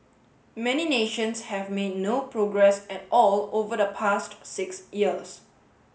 many nations have made no progress at all over the past six years